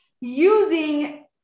using